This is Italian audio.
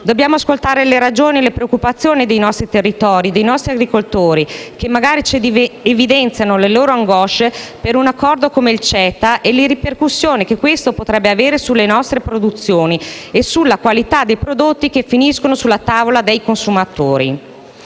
Dobbiamo ascoltare le ragioni e le preoccupazioni dei nostri territori e dei nostri agricoltori, che magari ci evidenziano le loro angosce per un accordo come il CETA e per le ripercussione che potrebbe avere sulle nostre produzioni e sulla qualità dei prodotti, che finiscono sulla tavola dei consumatori.